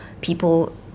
people